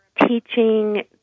teaching